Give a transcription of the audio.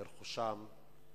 ברכושם.